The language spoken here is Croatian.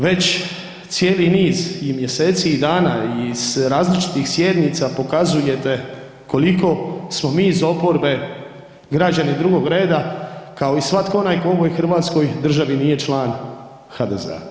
Već cijeli niz i mjeseci i dana i iz različitih sjednica pokazujete koliko smo mi iz oporbe građani drugog reda kao i svatko onaj tko u ovoj hrvatskoj državi nije član HDZ-a.